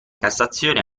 cassazione